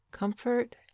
Comfort